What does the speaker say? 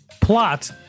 Plot